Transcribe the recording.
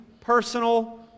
personal